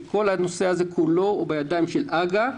כשכל הנושא הזה הוא בידיים של הג"א,